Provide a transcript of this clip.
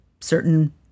certain